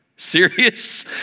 serious